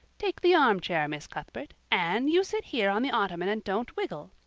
take the armchair, miss cuthbert. anne, you sit here on the ottoman and don't wiggle.